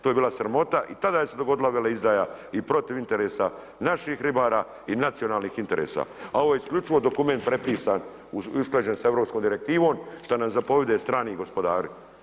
To je bila sramota i tada se dogodila veleizdaja i protiv interesa naših ribara i nacionalnih interesa, a ovo je isključivo dokument prepisan, usklađen s europskom Direktivnom šta nam zapovjede strani gospodari.